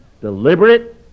deliberate